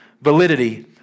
validity